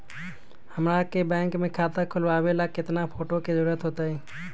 हमरा के बैंक में खाता खोलबाबे ला केतना फोटो के जरूरत होतई?